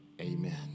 amen